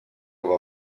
war